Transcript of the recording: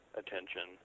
attention